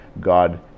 God